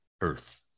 earth